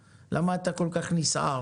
למה אתה כל כך נסער?